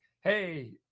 hey